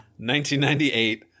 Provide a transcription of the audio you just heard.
1998